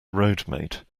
roadmate